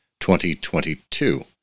2022